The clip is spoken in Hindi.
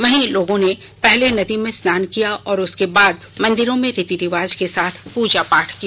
वहीं लोगों ने पहले नदी में स्नान किया और उसके बाद मन्दिरों में रीति रिवाज के साथ पूजा पाठ किया